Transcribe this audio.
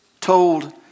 told